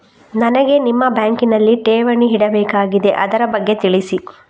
ನನಗೆ ನಿಮ್ಮ ಬ್ಯಾಂಕಿನಲ್ಲಿ ಠೇವಣಿ ಇಡಬೇಕಾಗಿದೆ, ಅದರ ಬಗ್ಗೆ ತಿಳಿಸಿ